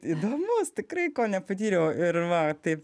įdomus tikrai ko nepatyriau ir va taip